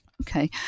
Okay